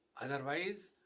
Otherwise